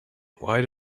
why